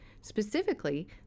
Specifically